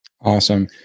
Awesome